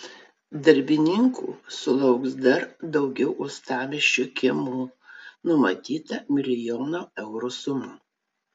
darbininkų sulauks dar daugiau uostamiesčio kiemų numatyta milijono eurų suma